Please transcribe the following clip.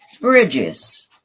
Bridges